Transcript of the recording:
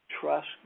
Trust